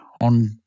on